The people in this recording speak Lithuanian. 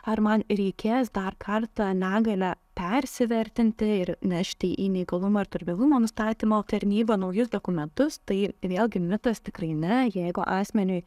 ar man reikės dar kartą negalią persivertinti ir nešti į neįgalumo ir darbingumo nustatymo tarnybą naujus dokumentus tai tai vėlgi mitas tikrai ne jeigu asmeniui